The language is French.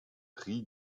pris